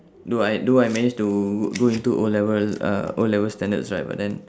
though I though I managed to go into O level uh O level standards right but then